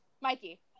mikey